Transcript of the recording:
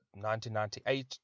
1998